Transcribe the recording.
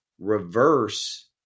reverse